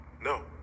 No